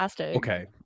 Okay